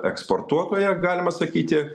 eksportuotoja galima sakyti